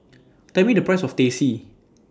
Tell Me The Price of Teh C